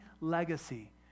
legacy